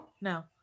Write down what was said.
No